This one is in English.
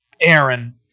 Aaron